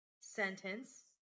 sentence